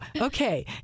okay